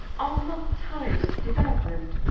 are not times of devel opment,